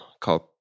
called